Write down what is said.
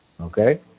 Okay